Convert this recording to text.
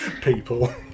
People